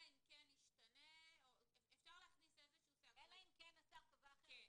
אלא אם כן ישתנה --- אפשר --- אלא אם כן השר קובע אחרת בתקנות.